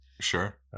sure